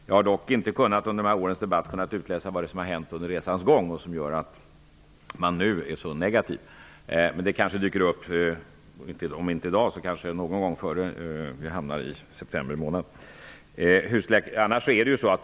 Jag har dock inte under de här årens debatt kunnat utläsa vad som hänt under resans gång och vad det är som gör att man nu är så negativ. Men det kanske dyker upp ett besked -- även om det inte blir i dag så blir det kanske någon gång före september månad.